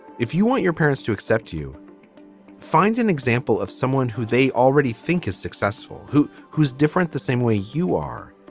if you want your parents to accept, you find an example of someone who they already think is successful, who who's different the same way you are,